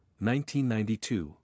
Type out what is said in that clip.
1992